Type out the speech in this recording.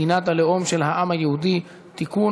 מדינת הלאום של העם היהודי (תיקון,